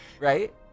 Right